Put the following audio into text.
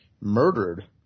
murdered